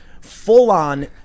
full-on